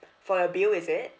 for the bill is it